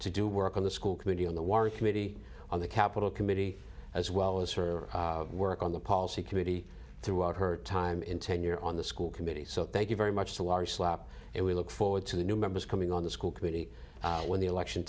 to do work on the school committee on the work committee on the capitol committee as well as her work on the policy committee throughout her time in ten year on the school committee so thank you very much so large it we look forward to the new members coming on the school committee when the election